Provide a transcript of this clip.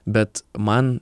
bet man